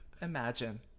imagine